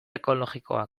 ekologikoa